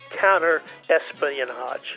counter-espionage